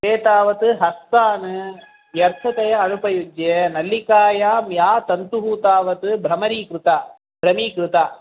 ते तावत् हस्तान् व्यर्थतया अनुपयुज्य नल्लिकायां या तन्तुः तावत् भ्रमरीकृता भ्रमीकृता